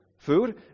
food